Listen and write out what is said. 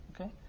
Okay